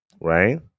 right